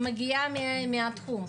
אני מגיעה מהתחום,